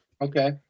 okay